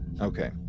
okay